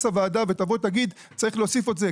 הוועדה ותבוא ותגיד שצריך להוסיף עוד זה.